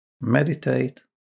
meditate